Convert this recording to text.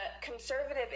conservative